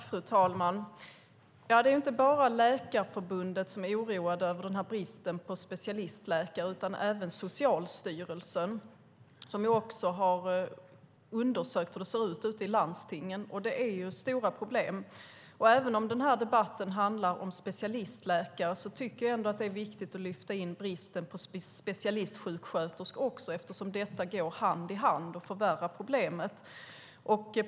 Fru talman! Det är inte bara Läkarförbundet som är oroande över den här bristen på specialistläkare utan även Socialstyrelsen som har undersökt hur det ser ut i landstingen, och det finns stora problem. Även om den här debatten handlar om specialistläkare tycker jag att det är viktigt att lyfta in bristen på specialistsjuksköterskor också eftersom detta går hand i hand och förvärrar problemet.